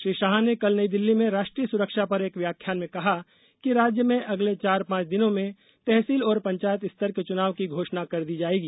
श्री शाह ने कल नई दिल्ली में राष्ट्रीय सुरक्षा पर एक व्याख्यान में कहा कि राज्य में अगले चार पांच दिनों में तहसील और पंचायत स्तर के चुनाव की घोषणा कर दी जायेगी